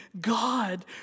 God